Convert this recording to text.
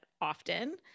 often